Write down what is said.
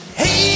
hey